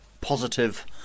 positive